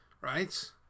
Right